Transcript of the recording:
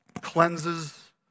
Cleanses